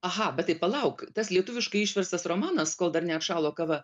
aha bet tai palauk tas lietuviškai išverstas romanas kol dar neatšalo kava